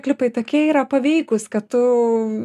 klipai tokie yra paveikūs kad tu